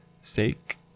sake